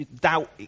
doubt